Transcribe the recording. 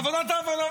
בוועדת העבודה.